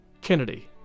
Kennedy